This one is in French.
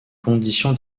conditions